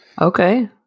Okay